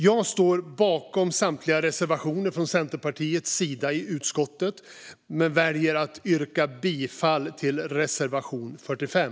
Jag står bakom samtliga reservationer från Centerpartiet men väljer att yrka bifall endast till reservation 45.